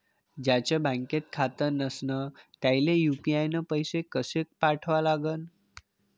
ज्याचं बँकेत खातं नसणं त्याईले यू.पी.आय न पैसे कसे पाठवा लागन?